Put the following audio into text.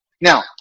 Now